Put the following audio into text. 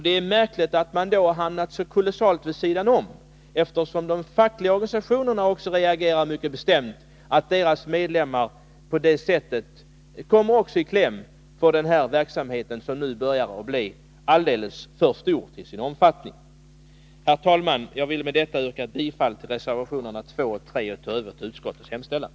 Det är märkligt att man då har hamnat så kolossalt vid sidan om i den här frågan — också de fackliga organisationerna reagerar mycket bestämt mot att deras medlemmar kommer i kläm i den här verksamheten, som nu börjar bli alldeles för stor till sin omfattning. Herr talman! Jag yrkar med detta bifall till reservationerna 2 och 3 och i Övrigt till utskottets hemställan.